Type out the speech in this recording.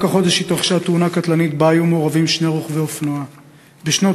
רק החודש התרחשה תאונה קטלנית שהיו מעורבים בה שני רוכבי אופנוע בשנות